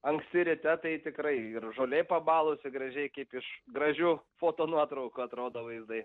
anksti ryte tai tikrai ir žolė pabalusi gražiai kaip iš gražių fotonuotraukų atrodo vaizdai